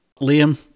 Liam